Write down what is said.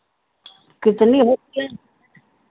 कितनी होती हैं